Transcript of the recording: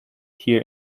hear